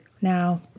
Now